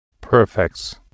perfects